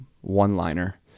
one-liner